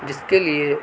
جس کے لیے